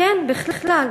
כן, בכלל.